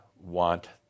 want